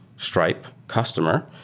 stripe customer,